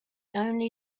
only